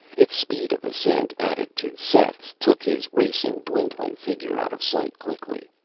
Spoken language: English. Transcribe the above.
its speed of ascent, added to seth's took his racing, dwindling figure out of sight quickly.